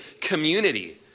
community